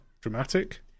dramatic